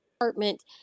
apartment